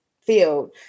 field